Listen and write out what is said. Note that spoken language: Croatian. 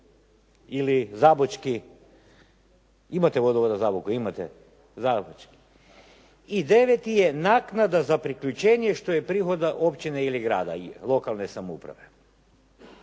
Ili zabočki, imate vodovoda u Zaboku, imate? I deveti je naknada za priključenje što je prihoda općine ili grada, lokalne samouprave.